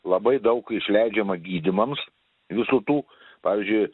labai daug išleidžiama gydymams visų tų pvyzdžiui